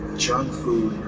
junk food,